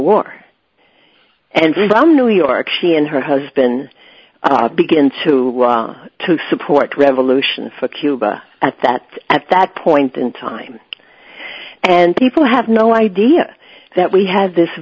war and from new york she and her husband begin to to support revolution for cuba at that at that point in time and people have no idea that we have this